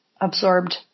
absorbed